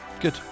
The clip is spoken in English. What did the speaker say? Good